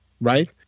right